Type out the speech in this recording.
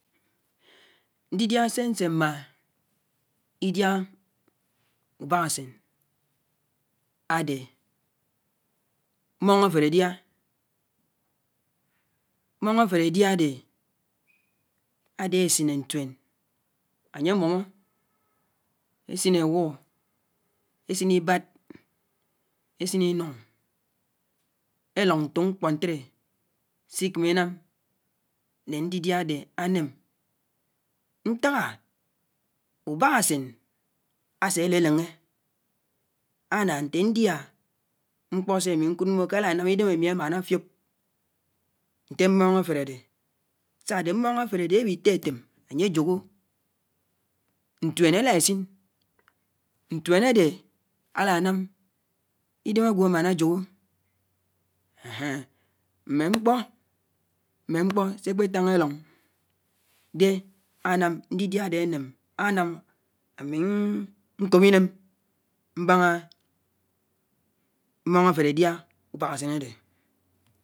Ndidia sé ñsé mmá idia ubák usén ade mmóng afélé edia, mmọng afele edia adé ade, ade esine ñfuéñ anye amiimọ, esin awo esin ibád, esin inuñg, elǒñg ñtok ñkpọ ntélé sikeme inám ne ndidia ade anem. Ntaka ubákusen ase àleleñge ana nte ñdia ñkpo se ami ñkud mmo ala anám Idém ami àmànà afiob nte mmọñg afele adé, sa-àdé mmọñg afele ade ewi tetem anye àjohó, ntuen ela esin, ñtuén ade alá anám idem agwo amáná ajohó. Mme ñkpọ, mme ñkpọ sé ekpeetáng elong dé anám ndidia anem anám ami nkod iném mbánga mmọng afele edia ubákusén adé.